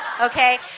Okay